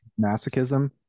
Masochism